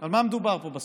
על מה מדובר פה בסוף?